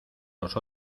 los